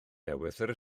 ewythr